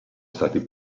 stati